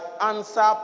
answer